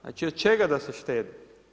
Znači od čega da se štedi?